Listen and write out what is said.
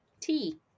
Tea